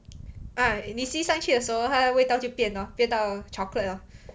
ah initially 上去的时候它的味道就变 lor 变到 chocolate lor